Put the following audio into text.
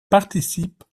participent